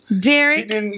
Derek